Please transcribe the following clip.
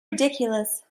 ridiculous